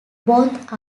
both